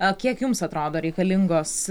o kiek jums atrodo reikalingos